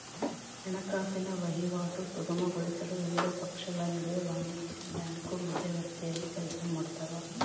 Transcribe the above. ಹಣಕಾಸಿನ ವಹಿವಾಟು ಸುಗಮಗೊಳಿಸಲು ವಿವಿಧ ಪಕ್ಷಗಳ ನಡುವೆ ವಾಣಿಜ್ಯ ಬ್ಯಾಂಕು ಮಧ್ಯವರ್ತಿಯಾಗಿ ಕೆಲಸಮಾಡ್ತವ